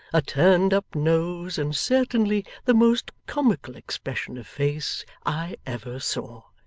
a turned-up nose, and certainly the most comical expression of face i ever saw.